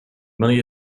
money